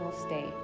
state